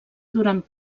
durant